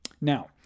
Now